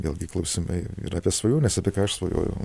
vėlgi klausimai ir apie svajones apie ką aš svajojau